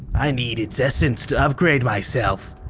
i need it's essence to upgrade myself.